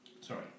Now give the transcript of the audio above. Sorry